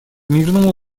мирному